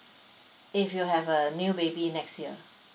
if you have a new baby next year